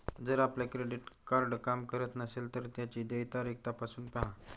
जर आपलं credit card काम करत नसेल तर त्याची देय तारीख तपासून पाहा